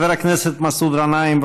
חבר הכנסת מסעוד גנאים,